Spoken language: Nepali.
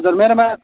हजुर मेरोमा